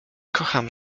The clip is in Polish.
kocham